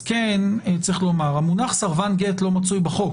אז צריך לומר שהמונח סרבן גט לא מצוי בחוק